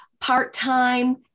part-time